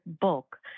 bulk